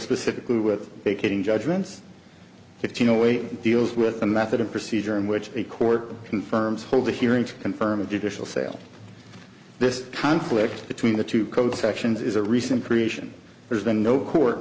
specifically with vacating judgments fifteen away deals with a method of procedure in which a court confirms hold a hearing to confirm a judicial sale this conflict between the two code sections is a recent creation there's been no court